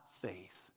faith